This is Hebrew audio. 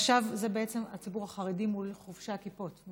עכשיו זה בעצם הציבור החרדי מול חובשי הכיפות.